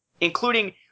including